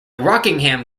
rockingham